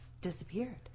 disappeared